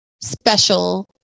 special